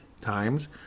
times